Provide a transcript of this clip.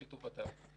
לטובתם.